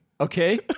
Okay